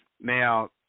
Now